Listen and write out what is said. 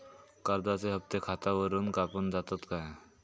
कर्जाचे हप्ते खातावरून कापून जातत काय?